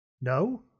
No